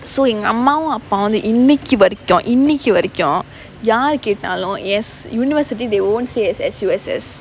so எங்க அம்மாவும் அப்பாவும் வந்து இன்னிக்கு வரைக்கும் இன்னிக்கு வரைக்கும் யார் கேட்டாலும்:enga ammavum appavum vanthu innikku varaikkum innikku varaikkum yaar kettaalum yes university they won't see it as S_U_S_S